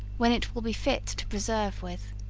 when it will be fit to preserve with.